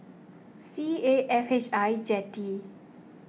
C A F H I Jetty